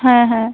হ্যাঁ হ্যাঁ